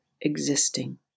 existing